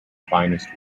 finest